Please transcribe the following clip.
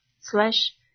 slash